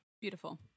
beautiful